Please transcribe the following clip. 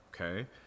okay